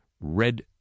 Red